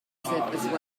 progressive